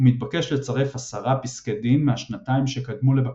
הוא מתבקש לצרף עשרה פסקי דין מהשנתיים שקדמו לבקשתו.